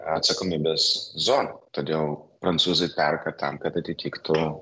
atsakomybės zona todėl prancūzai perka tam kad atitiktų